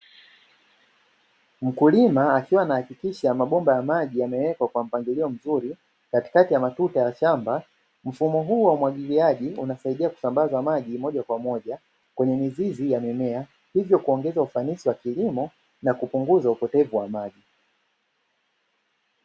Mkulima akiwa anahakikisha mabomba ya maji yamewekwa kwa mpangilio mzuri, katikati ya matuta ya shamba, mfumo huu wa umwagiliaji unasaidia kusambaza maji moja kwa moja, kwenye mizizi ya mimea, hivyo kuongeza ufanisi wa kilimo, na kupunguza upotevu wa maji.